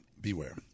Beware